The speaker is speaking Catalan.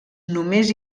només